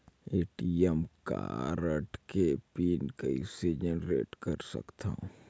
ATM card के PIN कइसे generate कर सकथव?